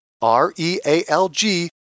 R-E-A-L-G